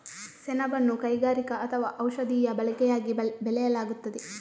ಸೆಣಬನ್ನು ಕೈಗಾರಿಕಾ ಅಥವಾ ಔಷಧೀಯ ಬಳಕೆಯಾಗಿ ಬೆಳೆಯಲಾಗುತ್ತದೆ